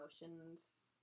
emotions